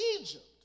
Egypt